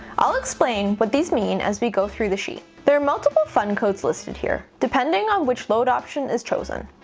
i'll explain what these mean as we go through the sheet. there are multiple fund codes listed here, depending on which load option is chosen.